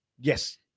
yes